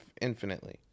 infinitely